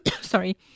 sorry